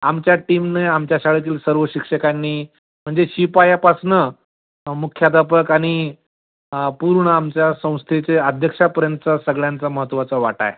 आमच्या टीमनं आमच्या शाळेतील सर्व शिक्षकांनी म्हणजे शिपायापासून मुख्याधापक आणि पूर्ण आमच्या संस्थेचे अध्यक्षापर्यंतचा सगळ्यांचा महत्त्वाचा वाटा आहे